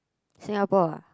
Singapore ah